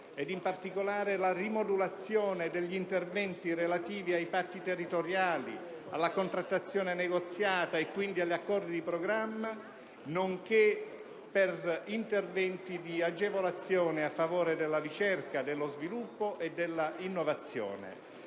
e, in particolare, la rimodulazione degli interventi relativi ai patti territoriali, alla contrattazione negoziata e quindi agli accordi di programma, nonché per interventi di agevolazione a favore della ricerca, dello sviluppo e dell'innovazione.